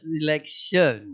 election